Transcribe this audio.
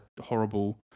horrible